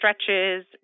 stretches